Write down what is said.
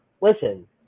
listen